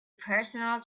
personal